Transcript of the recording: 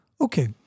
Okay